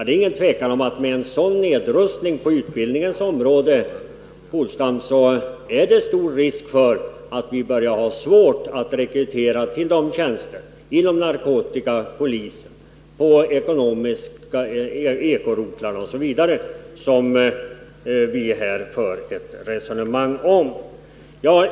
Det är ingen tvekan om att det med en sådan nedrustning på utbildningens område, Åke Polstam, är stor risk för att vi får svårt att rekrytera till de tjänster inom narkotikapolisen, ekorotlar osv. som vi här för ett resonemang om.